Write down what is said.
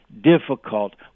difficult